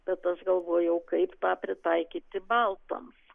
bet aš galvojau kaip tą pritaikyti baltams